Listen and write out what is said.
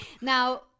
now